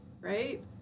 right